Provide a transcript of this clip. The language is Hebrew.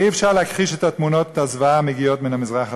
הרי אי-אפשר להכחיש את תמונות הזוועה המגיעות מן המזרח התיכון.